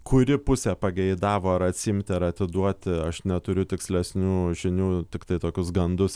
kuri pusė pageidavo ar atsiimti ar atiduoti aš neturiu tikslesnių žinių tiktai tokius gandus